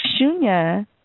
Shunya